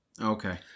Okay